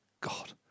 God